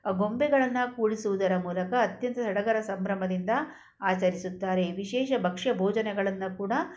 ಗೊಂಬೆಗಳನ್ನು ಕೂಡಿಸುವುದರ ಮೂಲಕ ಅತ್ಯಂತ ಸಡಗರ ಸಂಭ್ರಮದಿಂದ ಆಚರಿಸುತ್ತಾರೆ ವಿಶೇಷ ಭಕ್ಷ್ಯ ಭೋಜನಗಳನ್ನು ಕೂಡ